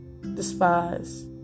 despise